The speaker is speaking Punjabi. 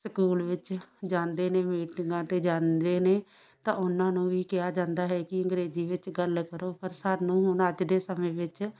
ਸਕੂਲ ਵਿੱਚ ਜਾਂਦੇ ਨੇ ਮੀਟਿੰਗਾਂ 'ਤੇ ਜਾਂਦੇ ਨੇ ਤਾਂ ਉਹਨਾਂ ਨੂੰ ਵੀ ਕਿਹਾ ਜਾਂਦਾ ਹੈ ਕਿ ਅੰਗਰੇਜ਼ੀ ਵਿੱਚ ਗੱਲ ਕਰੋ ਪਰ ਸਾਨੂੰ ਹੁਣ ਅੱਜ ਦੇ ਸਮੇਂ ਵਿੱਚ